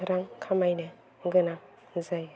रां खामायनो गोनां जायो